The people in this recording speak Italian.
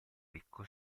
ricco